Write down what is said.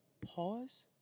pause